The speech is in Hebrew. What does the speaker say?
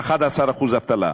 11% אבטלה,